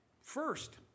First